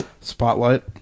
Spotlight